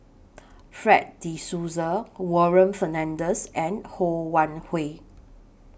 Fred De Souza Warren Fernandez and Ho Wan Hui